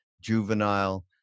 juvenile